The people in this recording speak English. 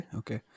okay